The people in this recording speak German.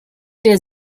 der